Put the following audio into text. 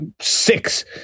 six